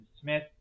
smith